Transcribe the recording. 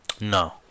no